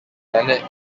leonard